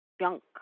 junk